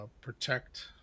protect